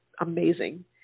amazing